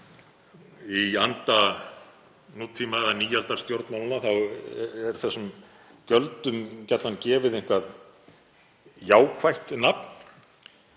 Í anda nútíma- eða nýaldarstjórnmálanna er þessum gjöldum gjarnan gefið eitthvert jákvætt nafn,